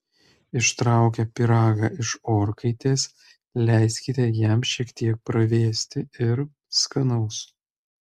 ištraukę pyragą iš orkaitės leiskite jam šiek tiek pravėsti ir skanaus